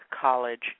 College